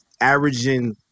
averaging